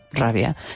rabia